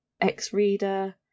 ex-reader